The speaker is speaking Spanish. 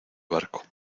barco